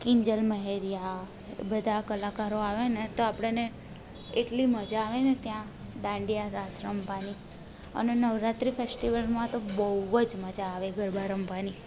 કિંજલ મહેરિયા બધા કલાકારો આવે ને તો આપણને એટલી મજા આવેને ત્યાં દાંડિયા રાસ રમવાની અને નવરાત્રી ફેસ્ટિવલમાં તો બહુ જ મજા આવે ગરબા રમવાની